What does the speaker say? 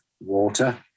water